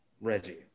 Reggie